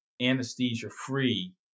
anesthesia-free